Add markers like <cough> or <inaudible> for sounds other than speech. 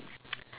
<noise>